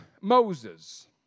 Moses